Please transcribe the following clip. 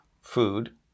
food